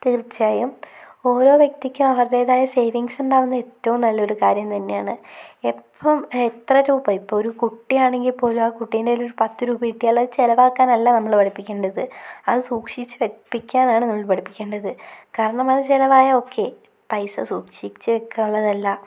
തീർച്ചായും ഓരോ വ്യക്തിക്കും അവരുടേതായ സേവിങ്സ് ഉണ്ടാകുന്നത് എറ്റവും നല്ലൊരു കാര്യം തന്നെയാണ് എപ്പം എത്ര രൂപ ഇപ്പം ഒരു കുട്ടിയാണെങ്കിൽ പോലും ആ കുട്ടീൻറ്റെ കയ്യിൽ ഒരു പത്ത് രൂപ കിട്ടിയാൽ അത് ചിലവാക്കാനല്ല നമ്മൾ പഠിപ്പിക്കേണ്ടത് അത് സൂക്ഷിച്ച് വെപ്പിക്കാനാണ് നമ്മൾ പഠിപ്പിക്കേണ്ടത് കാരണം അത് ചിലവായാൽ ഓക്കേ പൈസ സൂക്ഷിച്ച് വെക്കാനുള്ളതല്ല